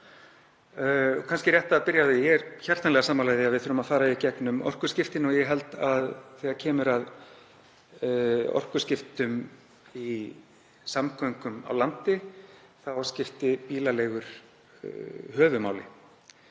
er kannski rétt að byrja á því að segja að ég er hjartanlega sammála því að við þurfum að fara í gegnum orkuskiptin og ég held að þegar kemur að orkuskiptum í samgöngum á landi skipti bílaleigur höfuðmáli